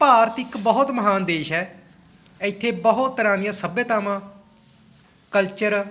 ਭਾਰਤ ਇੱਕ ਬਹੁਤ ਮਹਾਨ ਦੇਸ਼ ਹੈ ਇੱਥੇ ਬਹੁਤ ਤਰ੍ਹਾਂ ਦੀਆਂ ਸੱਭਿਅਤਾਵਾਂ ਕਲਚਰ